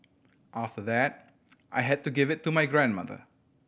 after that I had to give it to my grandmother